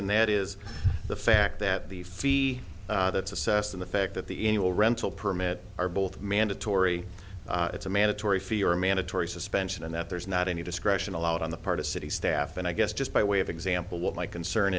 and that is the back that the fee that's assessed in the fact that the annual rental permit are both mandatory it's a mandatory fee or a mandatory suspension and that there's not any discretion allowed on the part of city staff and i guess just by way of example what my concern